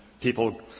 people